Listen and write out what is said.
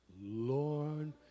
Lord